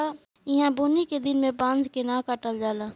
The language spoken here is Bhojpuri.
ईहा बुनी के दिन में बांस के न काटल जाला